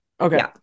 Okay